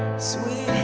sweet